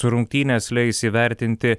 rungtynės leis įvertinti